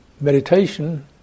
meditation